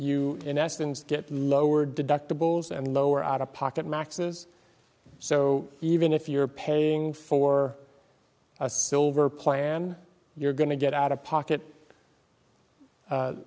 you in essence get lower deductibles and lower out of pocket maxes so even if you're paying for a silver plan you're going to get out of pocket